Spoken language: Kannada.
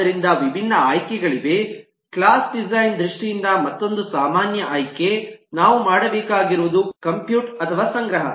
ಆದ್ದರಿಂದ ವಿಭಿನ್ನ ಆಯ್ಕೆಗಳಿವೆ ಕ್ಲಾಸ್ ಡಿಸೈನ್ ದೃಷ್ಟಿಯಿಂದ ಮತ್ತೊಂದು ಸಾಮಾನ್ಯ ಆಯ್ಕೆ ನಾವು ಮಾಡಬೇಕಾಗಿರುವುದು ಕಂಪ್ಯೂಟ್ ಅಥವಾ ಸಂಗ್ರಹ